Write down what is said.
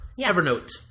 evernote